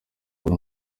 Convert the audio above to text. buri